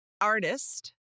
Artist